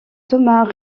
thomas